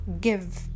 give